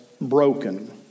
broken